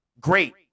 great